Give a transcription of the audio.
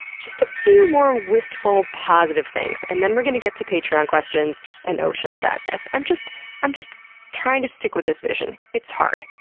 just a few more wistful, positive things, and then we're going to get to patreon questions and ocean sadness. i'm just i'm just trying to stick with this vision. it's hard.